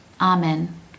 Amen